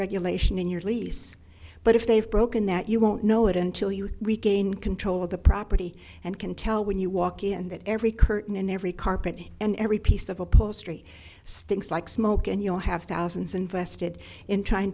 regulation in your lease but if they've broken that you won't know it until you gain control of the property and can tell when you walk in that every curtain and every carpet and every piece of upholstery stinks like smoke and you'll have thousands invested in trying